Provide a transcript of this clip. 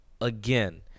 again